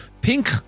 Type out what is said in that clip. pink